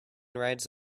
rides